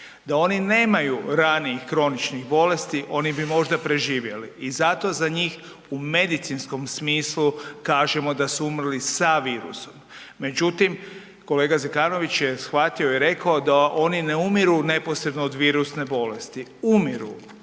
Da oni nemaju ranijih kroničnih bolesti oni bi možda preživjeli i zato za njih u medicinskom smislu kažemo da su umrli sa virusom. Međutim, kolega Zekanović je shvatio i rekao da oni ne umiru neposredno od virusne bolesti. Umiru